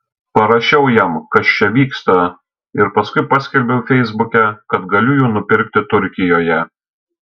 parašiau jam kas čia vyksta ir paskui paskelbiau feisbuke kad galiu jų nupirkti turkijoje